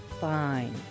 fine